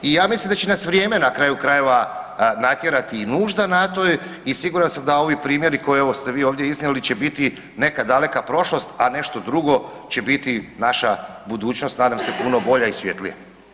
I ja mislim da će nas vrijeme na kraju krajeva natjerati i nužda na to i siguran sam da ovi primjeri koje evo ste vi ovdje iznijeli će biti neka daleka prošlost, a nešto drugo će biti naša budućnost, nadam se puno bolja i svjetlija.